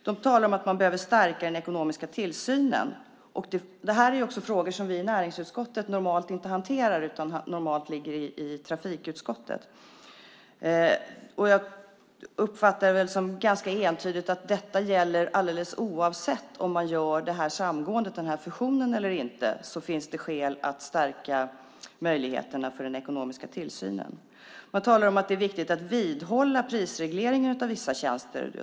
De talar om att man behöver stärka den ekonomiska tillsynen. Det är frågor som vi i näringsutskottet normalt inte hanterar. De ligger normalt i trafikutskottet. Jag uppfattar det som ganska entydigt att oavsett om man gör det här samgåendet - den här fusionen - eller inte finns det skäl att stärka möjligheterna för den ekonomiska tillsynen. Man talar om att det är viktigt att vidhålla prisregleringen av vissa tjänster.